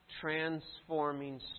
transforming